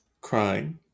crying